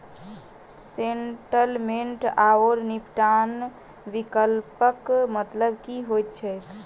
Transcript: Settlement आओर निपटान विकल्पक मतलब की होइत छैक?